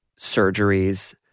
surgeries